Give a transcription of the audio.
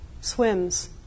swims